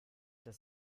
dass